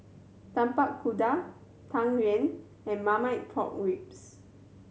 Tapak Kuda Tang Yuen and Marmite Pork Ribs